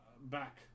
back